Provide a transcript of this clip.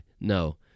no